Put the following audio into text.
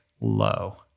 low